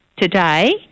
today